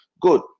good